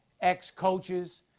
ex-coaches